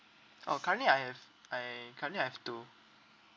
oh currently I have I currently I have two